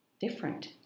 different